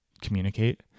communicate